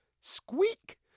Squeak